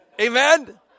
Amen